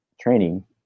training